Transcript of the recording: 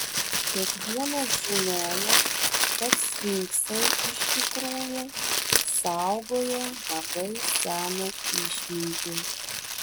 kiekvienas žinojo kad sfinksai iš tikrųjų saugojo labai seną išmintį